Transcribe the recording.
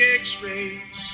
x-rays